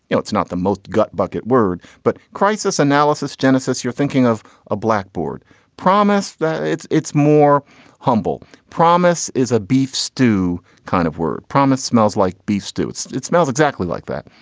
you know it's not the most gut bucket word, but crisis analysis, genesis, you're thinking of a blackboard promise that it's it's more humble. promise is a beef stew kind of word. promise smells like beef stew. it smells exactly like that.